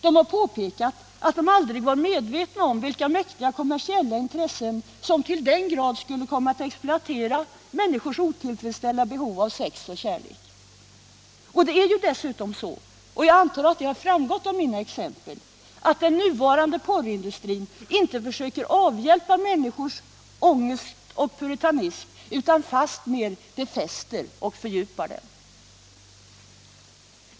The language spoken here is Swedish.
De har påpekat att de aldrig var medvetna om vilka mäktiga kommersiella intressen som till den grad skulle komma att exploatera människors otillfredsställda behov av sex och kärlek. Det är dessutom så — jag antar att det har framgått av mina exempel — att den nuvarande porrindustrin inte försöker avhjälpa människors ångest och puritanism, utan fastmer befäster och fördjupar dem.